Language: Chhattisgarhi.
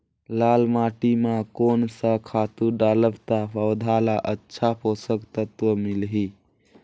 लाल माटी मां कोन सा खातु डालब ता पौध ला अच्छा पोषक तत्व मिलही?